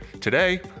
Today